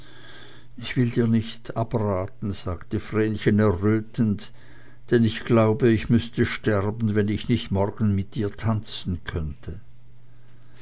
ich will dir nicht abraten sagte vrenchen errötend denn ich glaube ich müßte sterben wenn ich nicht morgen mit dir tanzen könnte